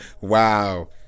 Wow